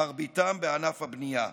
מרביתם בענף הבנייה.